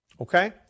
Okay